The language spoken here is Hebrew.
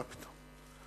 מה פתאום,